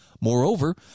Moreover